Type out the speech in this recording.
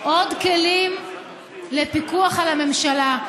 עוד כלים לפיקוח על הממשלה.